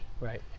Right